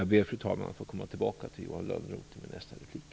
Jag ber, som sagt, att få komma tillbaka till Johan Lönnroth i nästa replik.